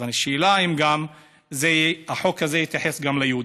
השאלה: האם החוק הזה יתייחס גם ליהודים?